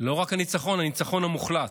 ולא רק הניצחון, הניצחון המוחלט.